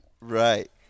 Right